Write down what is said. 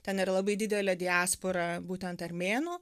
ten yra labai didelė diaspora būtent armėnų